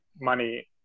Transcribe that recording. money